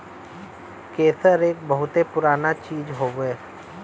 केसर एक बहुते पुराना चीज हउवे